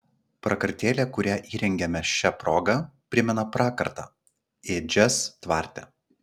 prakartėlė kurią įrengiame šia proga primena prakartą ėdžias tvarte